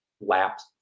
laps